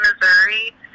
Missouri